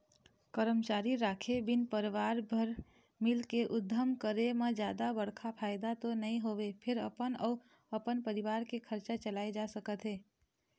करमचारी राखे बिन परवार भर मिलके उद्यम करे म जादा बड़का फायदा तो नइ होवय फेर अपन अउ अपन परवार के खरचा चलाए जा सकत हे